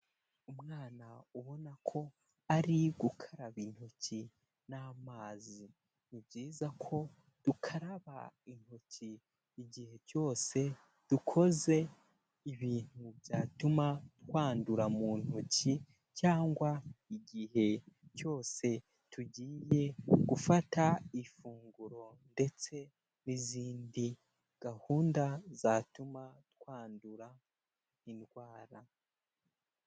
Umwana ubona ko ari gukaraba intoki n'amazi. ni byiza ko dukaraba intoki igihe cyose dukoze ibintu byatuma twandura mu ntoki cyangwa igihe cyose tugiye gufata ifunguro ndetse n'izindi gahunda zatuma twandura indwara.